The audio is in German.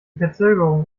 verzögerung